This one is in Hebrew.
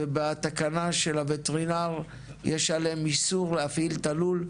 ובתקנה של הווטרינר יש להם איסור להפעיל את הלול,